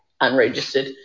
unregistered